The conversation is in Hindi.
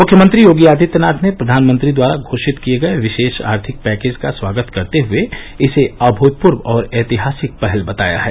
मुख्यमंत्री योगी आदित्यनाथ ने प्रधानमंत्री द्वारा घोषित किए गए विशेष आर्थिक पैकेज का स्वागत करते हए इसे अभूतपूर्व और ऐतिहासिक पहल बताया है